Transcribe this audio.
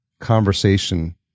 Conversation